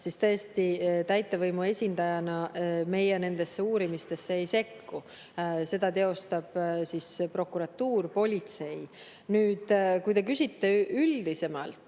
tõesti täitevvõimu esindajana meie nendesse uurimistesse ei sekku. Seda teostavad prokuratuur ja politsei. Kui te küsite üldisemalt,